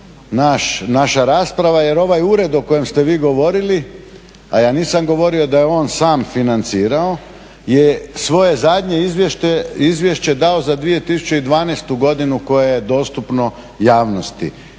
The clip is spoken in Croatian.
naša rasprava jer ovaj ured o kojem ste vi govorili, a ja nisam govorio da je on sam financirao, je svoje zadnje izvješće dao za 2012. godinu koje je dostupno javnosti.